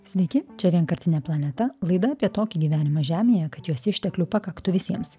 sveiki čia vienkartinė planeta laida apie tokį gyvenimą žemėje kad jos išteklių pakaktų visiems